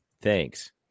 thanks